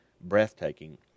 breathtaking